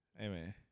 Amen